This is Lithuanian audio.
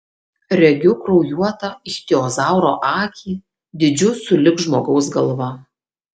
regiu kraujuotą ichtiozauro akį dydžiu sulig žmogaus galva